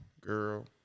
girl